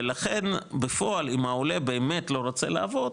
ולכן בפועל אם העולה באמת לא רוצה לעבוד,